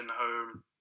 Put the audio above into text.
home